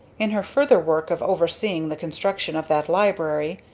in her further work of overseeing the construction of that library,